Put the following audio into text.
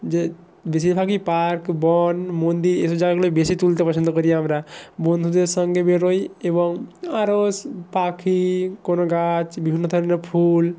যে বেশিরভাগই পার্ক বন মন্দির এইসব জায়গাগুলি আমি বেশি তুলতে পছন্দ করি আমরা বন্ধুদের সঙ্গে বেরোই এবং আরওস পাখি কোনো গাছ বিভিন্ন ধরনের ফুল